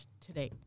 today